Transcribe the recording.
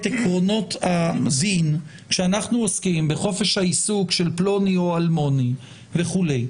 עקרונות הדין כשאנחנו עוסקים בחופש העיסוק של פלוני או אלמוני וכו'.